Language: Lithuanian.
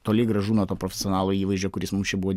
toli gražu nuo to profesionalo įvaizdžio kuris mums čia buvo